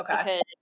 Okay